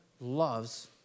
loves